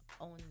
own